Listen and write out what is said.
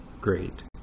great